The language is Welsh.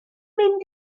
mynd